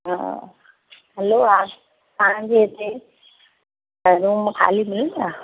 हा हलो हा तव्हांजे हिते रुम ख़ाली मिलंदा